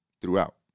throughout